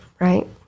right